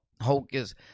Hocus